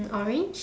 orange